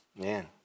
Man